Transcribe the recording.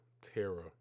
Terror